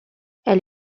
elle